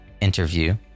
interview